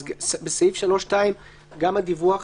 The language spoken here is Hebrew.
בסעיף 3(2) גם הדיווח